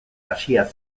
hasia